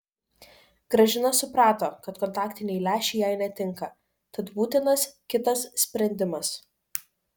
gražina suprato kad kontaktiniai lęšiai jai netinka tad būtinas kitas sprendimas